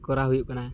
ᱠᱚᱨᱟᱣ ᱦᱩᱭᱩᱜ ᱠᱟᱱᱟ